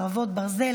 חרבות ברזל),